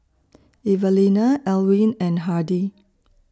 Evalena Elwin and Hardie